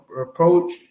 approach